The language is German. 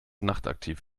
nachtaktiv